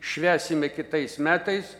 švęsime kitais metais